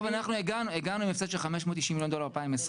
אנחנו הגענו עם הפסד של 590 מיליון דולר ב-2020,